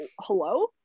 hello